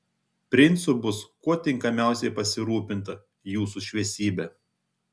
princu bus kuo tinkamiausiai pasirūpinta jūsų šviesybe